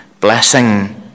blessing